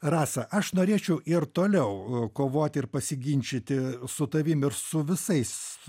rasa aš norėčiau ir toliau kovoti ir pasiginčyti su tavim ir su visais